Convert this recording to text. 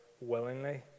willingly